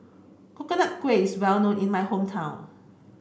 Coconut Kuih is well known in my hometown